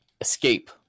Escape